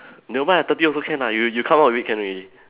never mind ah thirty also can ah you you come out with it can already